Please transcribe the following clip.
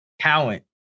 talent